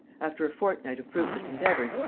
after a fortnight of fruitless endeavours,